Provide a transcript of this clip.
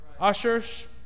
ushers